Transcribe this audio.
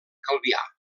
calvià